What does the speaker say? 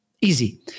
easy